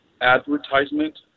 advertisement